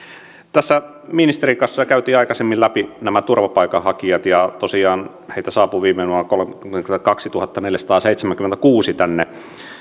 tässä ministerin kanssa käytiin aikaisemmin läpi nämä turvapaikanhakijat ja tosiaan heitä saapui viime vuonna kolmekymmentäkaksituhattaneljäsataaseitsemänkymmentäkuusi tänne